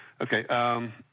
Okay